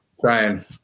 Brian